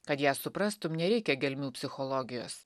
kad ją suprastum nereikia gelmių psichologijos